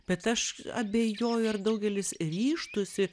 bet aš abejoju ar daugelis ryžtųsi